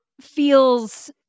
feels